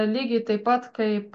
lygiai taip pat kaip